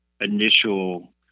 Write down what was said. initial